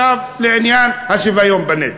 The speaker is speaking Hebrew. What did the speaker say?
עכשיו לעניין השוויון בנטל.